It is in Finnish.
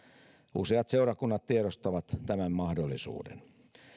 useat seurakunnat tiedostavat tämän mahdollisuuden